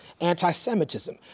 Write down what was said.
anti-Semitism